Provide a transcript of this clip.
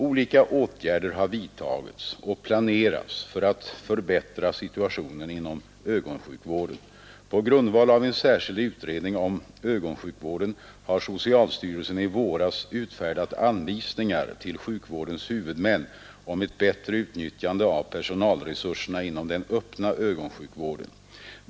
Olika åtgärder har vidtagits och planeras för att förbättra situationen inom ögonsjukvården. På grundval av en särskild utredning om ögonsjukvården har socialstyrelsen i våras utfärdat anvisningar till sjukvårdens huvudmän om ett bättre utnyttjande av personalresurserna inom den öppna ögonsjukvården.